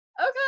okay